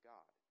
God